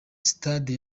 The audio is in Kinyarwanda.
stade